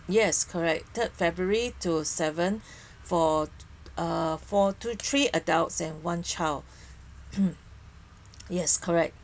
yes correct third february to seventh for uh four to three adults and one child yes correct